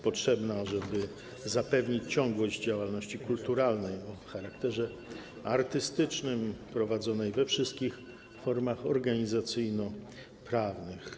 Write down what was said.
Chodzi o to, żeby zapewnić ciągłość działalności kulturalnej o charakterze artystycznym prowadzonej we wszystkich formach organizacyjno-prawnych.